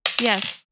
Yes